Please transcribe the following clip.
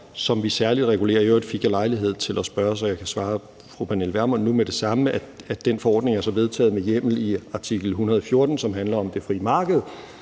som vi særlig regulerer. I øvrigt fik jeg lejlighed til at spørge om det, så jeg kan svare fru Pernille Vermund nu med det samme, at den forordning er vedtaget med hjemmel i artikel 114, som handler om det frie marked,